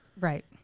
Right